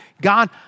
God